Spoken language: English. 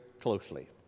closely